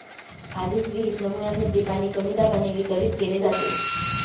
आधीच विहित नमुन्यांमध्ये पाणी कमी दाबाने वितरित केले जाते